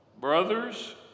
Brothers